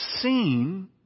Seen